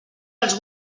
els